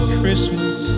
Christmas